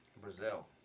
Brazil